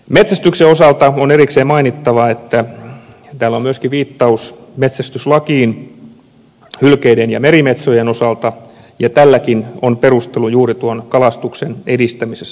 metsästyksen osalta on erikseen mainittava että täällä on myöskin viittaus metsästyslakiin hylkeiden ja merimetsojen osalta ja tälläkin on perustelu juuri tuon kalastuksen edistämisessä